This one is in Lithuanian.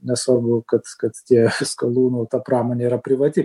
nesvarbu kad kad tie skalūnų ta pramonė yra privati